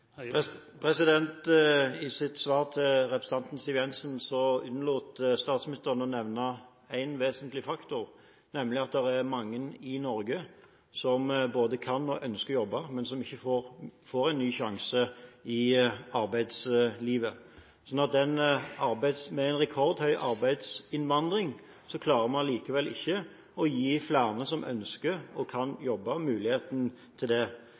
Siv Jensen unnlot statsministeren å nevne en vesentlig faktor, nemlig at det er mange i Norge som både kan og ønsker å jobbe, men som ikke får en ny sjanse i arbeidslivet. Med en rekordhøy arbeidsinnvandring klarer vi allikevel ikke å gi flere som ønsker og kan jobbe, muligheten til det.